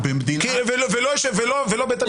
ולא בית המשפט?